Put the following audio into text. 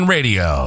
Radio